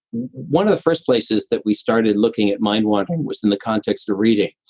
one of the first places that we started looking at mind-wandering was in the context of reading.